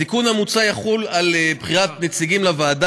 התיקון המוצע יחול על בחירת נציגים לוועדה